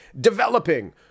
developing